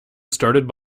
started